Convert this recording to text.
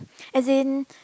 as in